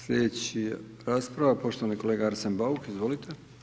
Slijedeća rasprava poštovani kolega Arsen Bauk, izvolite.